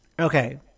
Okay